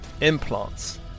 implants